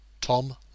Tom